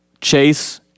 Chase